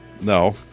No